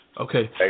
Okay